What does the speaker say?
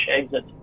exit